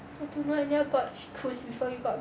I don't know much about crucifer you got